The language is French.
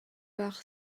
par